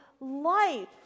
life